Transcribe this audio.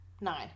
Nine